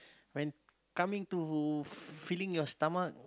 when coming to filling your stomach